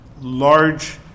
large